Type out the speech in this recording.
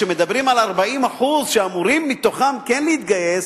כשמדברים על 40% שמתוכם כן אמורים להתגייס,